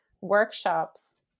workshops